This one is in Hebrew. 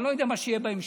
אני לא יודע מה יהיה בהמשך,